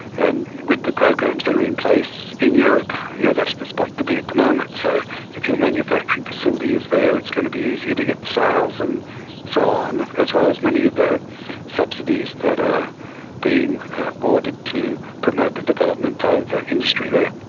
and with the programs that are in place in europe, you know that's the spot to be at the moment. so if your manufacturing facility is there, it's going to be easier to get the sales and so on, as well as many of the subsidies that are being awarded to promote the development of industry there.